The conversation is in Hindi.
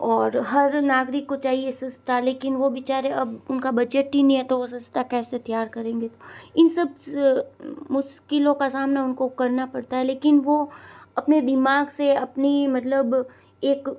और हर नागरिक को चाहिए कि सस्ता लेकिन वो बिचारे अब उनका बजट ही नहीं तो वो कैसे सस्ता तैयार करेंगे इन सब मुश्किलों का सामना उनको करना पड़ता है लेकिन वो अपने दिमाग से अपनी मतलब एक